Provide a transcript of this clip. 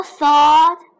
thought